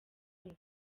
uko